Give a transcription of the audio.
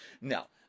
No